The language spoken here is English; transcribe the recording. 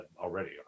already